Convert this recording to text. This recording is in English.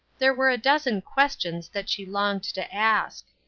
there were a dozen questions that she longed to ask.